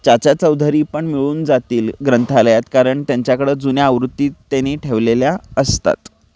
चाचा चौधरी पण मिळून जातील ग्रंथालयात कारण त्यांच्याकडं जुन्या आवृत्ती त्यानी ठेवलेल्या असतात